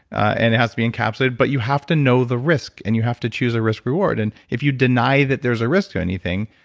and it has to be encapsulated, but you have to know the risk, and you have to choose a risk reward. and if you deny that there's a risk to anything,